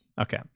Okay